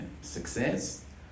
success